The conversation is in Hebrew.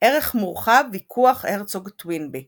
ערך מורחב – ויכוח הרצוג–טוינבי